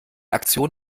aktion